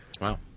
Wow